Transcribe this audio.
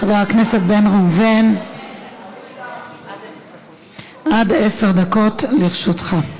חבר הכנסת בן ראובן, עד עשר דקות לרשותך.